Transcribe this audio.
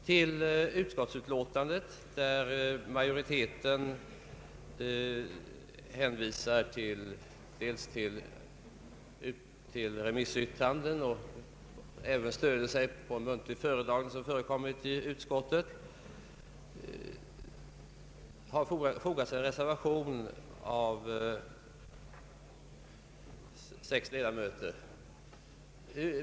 Till utskottsutlåtandet, i vilket majoriteten hänvisar till remissyttranden och även stöder sig på en muntlig föredragning som förekommit i utskottet, har fogats en reservation undertecknad av sex ledamöter.